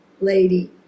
lady